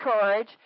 courage